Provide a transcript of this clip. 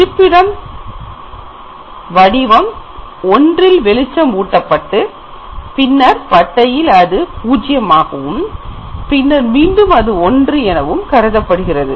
இருப்பிடம் வடிவம் 1 வெளிச்சம் ஊட்டப்பட்டு பின்னர் பட்டையில் 0 வாகவும் மீண்டும் 1 என கருதப்படுகிறது